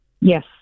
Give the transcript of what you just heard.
Yes